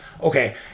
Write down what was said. Okay